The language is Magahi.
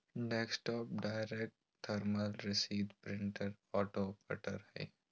डेस्कटॉप डायरेक्ट थर्मल रसीद प्रिंटर ऑटो कटर हइ